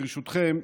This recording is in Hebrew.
ברשותכם,